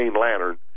lantern